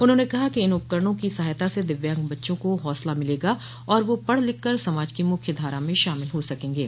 उन्होंने कहा कि इन उपकरणों की सहायता से दिव्यांग बच्चों को हौसला मिलेगा और वह पढ़ लिखकर समाज की मुख्य धारा में शामिल हो सकेंगे